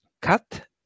Cut